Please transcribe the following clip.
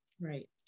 Right